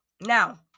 Now